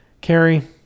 Carrie